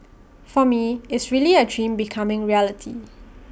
for me is really A dream becoming reality